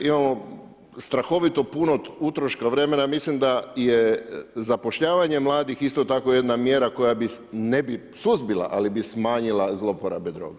Imamo strahovito puno utroška vremena i ja mislim da je zapošljavanje mladih isto tako jedna mjera koja ne bi suzbila, ali bi smanjila zloporabe droga.